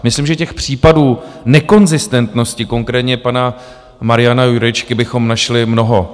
Myslím, že těch případů nekonzistentnosti, konkrétně pana Mariana Jurečky, bychom našli mnoho.